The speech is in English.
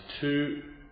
two